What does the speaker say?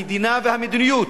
המדינה, והמדיניות,